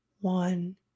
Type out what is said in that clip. one